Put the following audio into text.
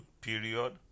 period